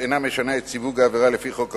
אינה משנה את סיווג העבירה לפי חוק העונשין,